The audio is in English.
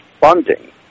funding